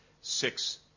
six